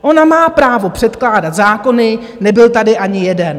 Ona má právo předkládat zákony nebyl tady ani jeden.